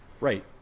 Right